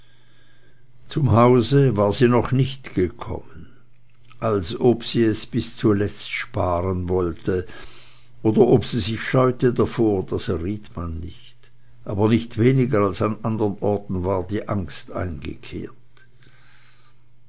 zum hause war sie noch nicht gekommen ob sie es bis zuletzt sparen wollte oder ob sie sich scheute davor das erriet man nicht aber nicht weniger als an andern orten war die angst eingekehrt